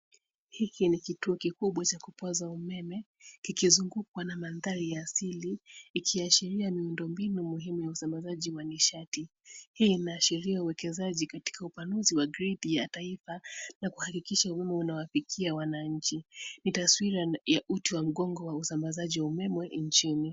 Hiki ni kiuto kikubwa cha kupza umeme kikizungukwa na mandhari ya asili ikiashiria miundombinumuhimu wa usambazaji wa nishati. Hii inashiria uwekezaji katika gredi wa taifa na kuhakikisa unawafikia wananchi. Ni tawira na uti wa mgongo wa usamabazaji wa umeme nchini.